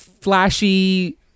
flashy